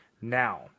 now